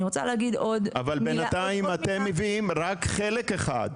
אני רוצה להגיד עוד מילה -- אבל בינתיים אתם מביאים רק חלק אחד,